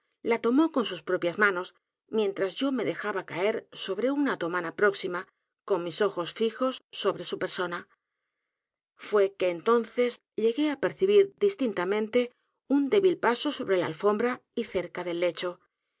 la tomó con sus propias manos mientras yo me dejaba caer sobre una otomana próxima con mis ojos fijos sobre su persona f u é que entonces llegué á percibir distintamente un débil paso sobre la alfombra y cerca del lecho